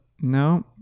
no